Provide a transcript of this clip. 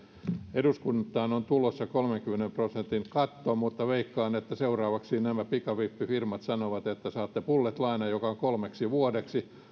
eduskuntaan on tulossa kolmenkymmenen prosentin katto mutta veikkaan että seuraavaksi nämä pikavippifirmat sanovat että saatte bullet lainan joka on kolmeksi vuodeksi ja